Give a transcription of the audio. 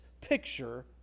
picture